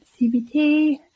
CBT